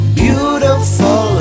beautiful